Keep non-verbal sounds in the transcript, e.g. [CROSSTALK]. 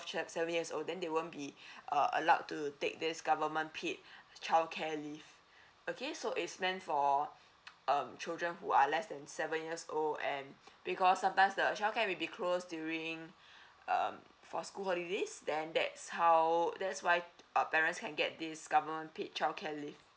that's seven years old then they won't be [BREATH] uh allowed to take this government paid childcare leave okay so it's meant for um children who are less than seven years old and because sometimes the childcare will be closed during [BREATH] um for school holidays then that's how that's why uh parents can get this government paid childcare leave